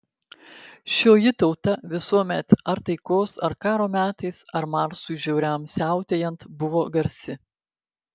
šioji tauta visuomet ar taikos ar karo metais ar marsui žiauriam siautėjant buvo garsi